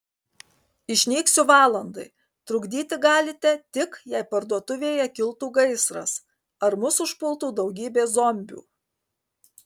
išnyksiu valandai trukdyti galite tik jei parduotuvėje kiltų gaisras ar mus užpultų daugybė zombių